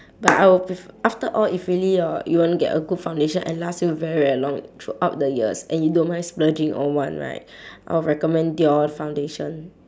but I will pref~ after all if really hor you wanna get a very good foundation and last you very very long throughout the years and you don't mind splurging on one right I will recommend dior foundation